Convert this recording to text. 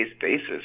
basis